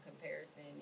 comparison